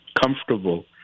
comfortable